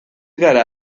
gara